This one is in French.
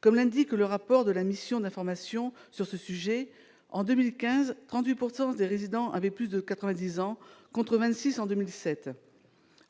Comme l'indique le rapport de la mission d'information sur ce sujet, en 2015, 38 % des résidents avaient plus de quatre-vingt-dix ans, contre 26 % en 2007.